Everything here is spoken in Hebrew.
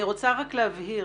אני רוצה להבהיר.